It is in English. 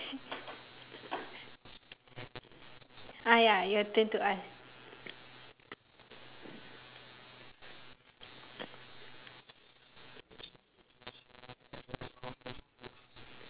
ah ya your turn to ask